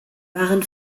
waren